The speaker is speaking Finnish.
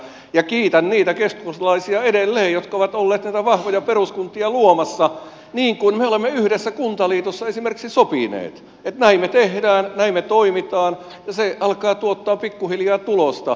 kiitän edelleen niitä keskustalaisia jotka ovat olleet näitä vahvoja peruskuntia luomassa niin kuin me olemme yhdessä kuntaliitossa esimerkiksi sopineet että näin me teemme näin me toimimme ja se alkaa tuottaa pikkuhiljaa tulosta